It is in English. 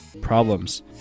problems